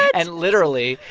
and, literally,